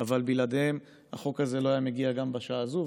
אבל בלעדיהם החוק הזה לא היה מגיע בשעה הזאת.